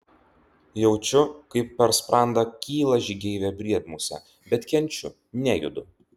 jaučiu kaip per sprandą kyla žygeivė briedmusė bet kenčiu nejudu